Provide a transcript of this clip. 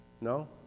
No